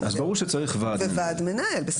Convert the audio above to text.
אז ברור שצריך ועד מנהל.